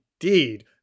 indeed